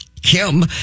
Kim